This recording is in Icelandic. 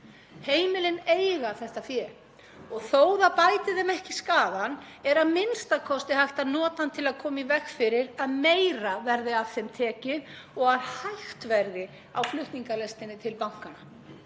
Heimilin eiga þetta fé. Þó að það bæti þeim ekki skaðann er a.m.k. hægt að nota það til að koma í veg fyrir að meira verði af þeim tekið og að hægt verði á flutningalestinni til bankanna.